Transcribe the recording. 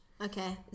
Okay